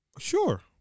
sure